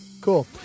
Cool